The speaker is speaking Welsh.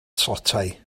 tlotai